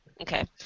Okay